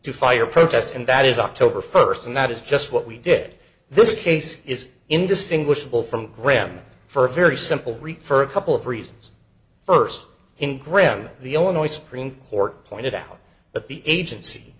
to fire a protest and that is october first and that is just what we did this case is indistinguishable from graham for a very simple refer couple of reasons first in ground the illinois supreme court pointed out that the agency